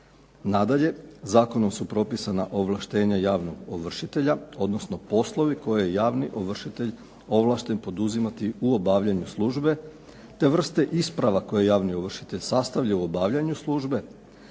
Nadalje, zakonom su propisana ovlaštenja javnog ovršitelja, odnosno poslovi koje javni ovršitelj ovlašten poduzimati u obavljanju službe, te vrste isprava koje je javni ovršitelj sastavio u obavljanju službe,